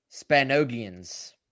Spanogians